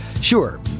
Sure